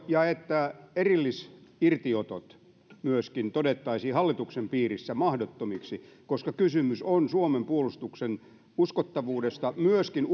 ja että erillisirtiotot myöskin todettaisiin hallituksen piirissä mahdottomiksi koska kysymys on suomen puolustuksen uskottavuudesta myöskin